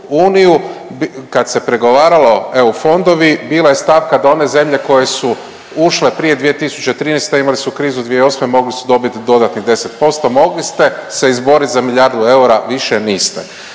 u EU, kad se pregovaralo EU fondovi, bila je stavka da one zemlje koje su ušle prije 2013., imale su krizu 2008., mogle su dobiti dodatnih 10%, mogli ste se izboriti za milijardu eura više, niste.